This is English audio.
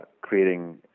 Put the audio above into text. creating